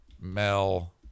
Mel